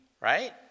right